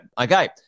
okay